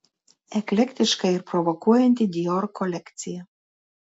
eklektiška ir provokuojanti dior kolekcija